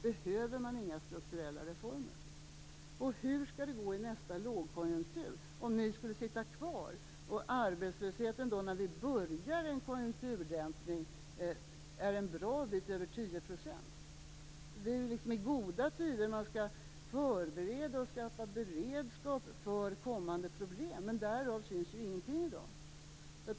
Behövs det inga strukturella reformer? Och hur skall det gå i nästa lågkonjunktur, om ni skulle sitta kvar och om arbetslösheten i början av en konjunkturdämpning är en bra bit över 10 %? Det är ju i goda tider som man skall skaffa beredskap för kommande problem, men därav syns ingenting i dag. Herr talman!